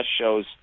shows